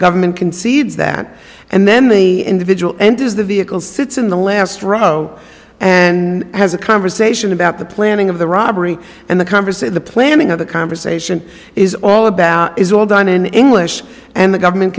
government concedes that and then the individual end is the vehicle sits in the last row and has a conversation about the planning of the robbery and the converse of the planning of the conversation is all about is all done in english and the government